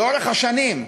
לאורך השנים,